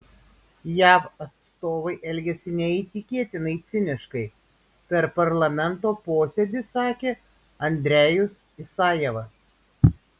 jav atstovai elgiasi neįtikėtinai ciniškai per parlamento posėdį sakė andrejus isajevas